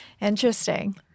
Interesting